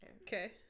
Okay